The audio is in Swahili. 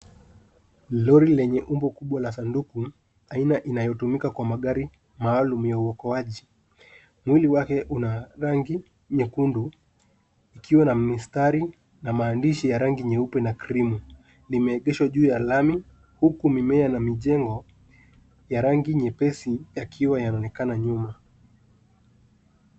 Lori lenye umbo kubwa la sanduku, aina inayotumika kwa magari maalum ya uokoaji. Mwili wake una rangi nyekundu ukiwa na mistari na maandishi ya rangi nyeupe na krimu. Limeegeshwa juu ya lami huku mimea na mijengo ya rangi nyepesi yakiwa yanaonekana nyuma.